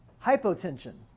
Hypotension